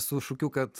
su šūkiu kad